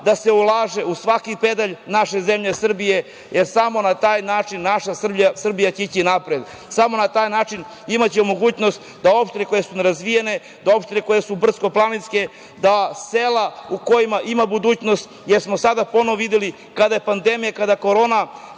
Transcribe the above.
da se ulaže u svaki pedalj naše zemlje Srbije, jer samo na taj način naša Srbija će ići napred. Samo na taj način imaće mogućnost da opštine koje su nerazvijene, da opštine koje su brdsko-planinske, da sela u kojima ima budućnost, jer smo sada ponovo videli kada je pandemija, kada je korona,